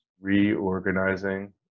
reorganizing